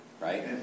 right